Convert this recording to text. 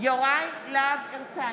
יוראי להב הרצנו,